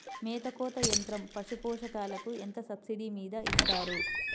మేత కోత యంత్రం పశుపోషకాలకు ఎంత సబ్సిడీ మీద ఇస్తారు?